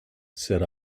said